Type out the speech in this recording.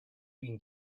being